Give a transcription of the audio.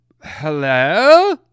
hello